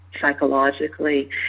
psychologically